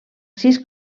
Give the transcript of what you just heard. sis